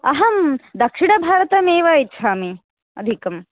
अहं दक्षिणभारतम् एव इच्छामि अधिकं